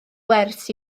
wers